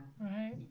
Right